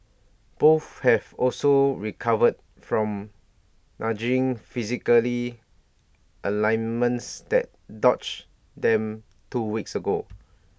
both have also recovered from niggling physical aliments that them two weeks ago